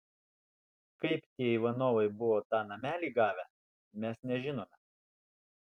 kaip tie ivanovai buvo tą namelį gavę mes nežinome